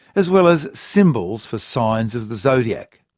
as well as symbols for signs of the zodiac.